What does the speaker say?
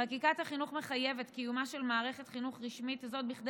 חקיקת החינוך מחייבת את קיומה של מערכת חינוך רשמית כדי